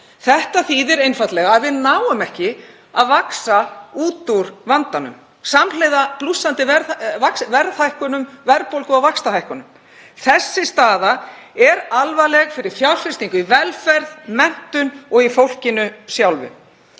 Það þýðir einfaldlega að við náum ekki að vaxa út úr vandanum samhliða blússandi verðhækkunum, verðbólgu og vaxtahækkunum. Þessi staða er alvarleg fyrir fjárfestingu í velferð, menntun og í fólkinu sjálfu.